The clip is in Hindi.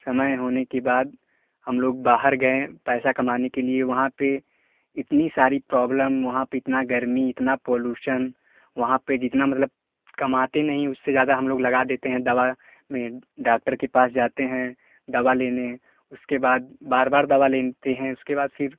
समय होने के बाद हम लोग बाहर गए पैसा कमाने के लिए वहाँ पर इतनी सारी प्रॉब्लम वहाँ पर इतना गर्मी इतना पॉलूशन वहाँ पर जितना मतलब कमाते नहीं उससे ज्यादा हम लोग लगा देते हैं दवा में डॉक्टर के पास जाते हैं दवा लेने उसके बाद बार बार दवा लेते हैं उसके बाद फिर